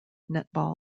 netball